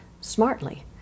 smartly